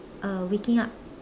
uh waking up